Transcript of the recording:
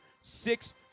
Six